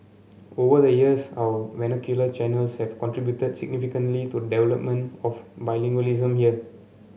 over the years our vernacular channels have contributed significantly to the development of bilingualism here